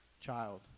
Child